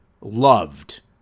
loved